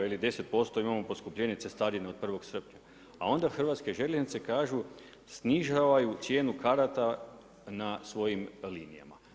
Veli 10% imamo poskupljenje cestarine od 1. srpnja, a onda Hrvatske željeznice kažu snižavaju cijenu karata na svojim linijama.